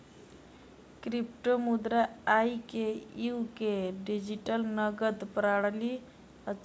क्रिप्टोमुद्रा आई के युग के डिजिटल नकद प्रणाली अछि